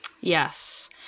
Yes